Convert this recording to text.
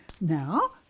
Now